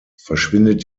verschwindet